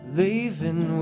leaving